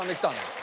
um stunning!